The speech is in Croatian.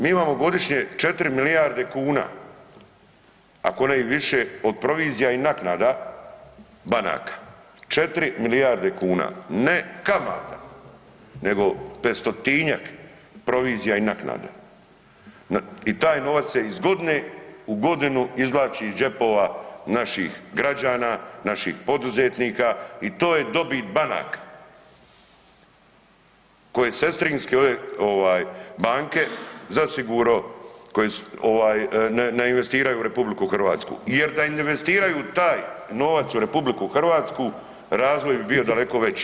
Mi imamo godišnje 4 milijarde kuna, ako ne i više od provizija i naknada banaka, 4 milijarde kuna, ne kamata nego 500-tinjak provizija i naknada i taj novac se iz godine u godinu izvlači iz džepova naših građana, naših poduzetnika i to je dobit banaka koje sestrinski ovdje, ovaj banke zasigurno koje su, ovaj ne, ne investiraju u RH jer da investiraju taj novac u RH razvoj bi bio daleko veći.